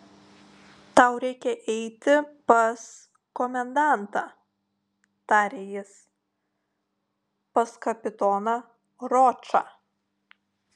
tau reikia eiti pas komendantą tarė jis pas kapitoną ročą